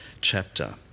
chapter